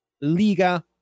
Liga